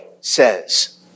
says